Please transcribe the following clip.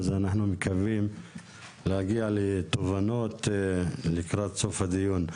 אז אנחנו מקווים להגיע לתובנות לקראת סוף הדיון.